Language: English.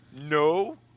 no